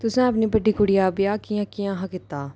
तुसें अपनी बड्डी कुड़िया दा ब्याह् कि'यां कि'यां हा कीता